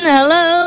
Hello